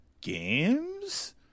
games